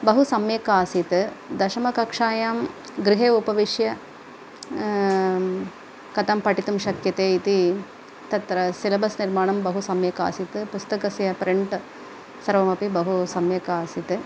बहु सम्यक् आसीत् दशमकक्ष्यायां गृहे उपविश्य कथं पठितुं शक्यते इति तत्र सिलबस् निर्माणं बहु सम्यक् आसीत् पुस्तकस्य प्रिण्ट् सर्वमपि बहु सम्यक् आसीत्